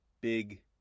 big